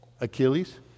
Achilles